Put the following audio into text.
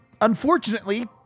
unfortunately